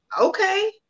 okay